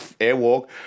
Airwalk